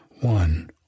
One